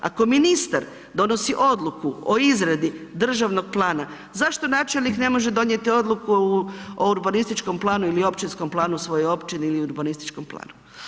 Ako ministar donosi Odluku o izradi Državnog plana zašto načelnik ne može donijeti Odluku o urbanističkom planu ili općinskom planu svoje Općine, ili urbanističkom planu?